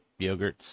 yogurts